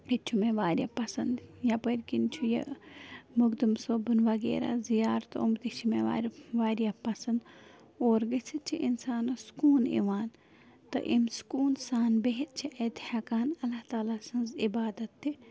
یہِ تہِ چھُ مےٚ وارِیاہ پسنٛد یپٲرۍ کِنۍ چھُ یہِ مقدُم صٲبُن وغیرہ زِیاتہٕ یِم تہِ چھِ مےٚ وارٕ وارِیاہ پسنٛد اور گٔژتھ چھُ اِنسانس سُکوٗن یِوان تہِ اَمہِ سُکوٗن سان بیٚہتھ چھِ اَتہِ ہیٚکان اللہ تعالی سٕنٛز عبادت تہِ